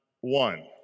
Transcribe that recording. one